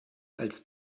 als